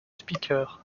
speaker